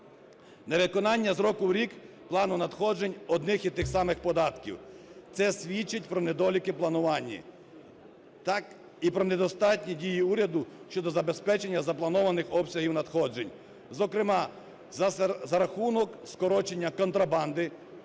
Невиконання з року в рік плану надходжень одних і тих самих податків. Це свідчить про недоліки в плануванні, так і про недостатні дії уряду щодо забезпечення запланованих обсягів надходжень. Зокрема, за рахунок скорочення контрабанди,